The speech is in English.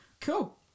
Cool